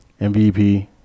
MVP